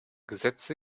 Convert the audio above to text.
gesetze